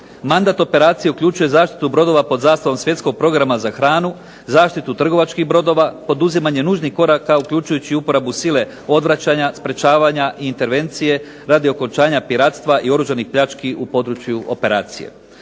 Mandat operacije uključuje zaštitu brodova pod zastavom svjetskog programa za hranu, zaštitu trgovačkih brodova, poduzimanje nužnih koraka uključujući uporabu sile, odvraćanja, sprečavanja i intervencije radi okončanja piratstva i oružanih pljački u području operacije.